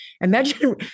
imagine